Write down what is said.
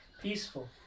peaceful